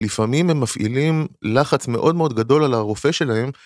לפעמים הם מפעילים לחץ מאוד מאוד גדול על הרופא שלהם.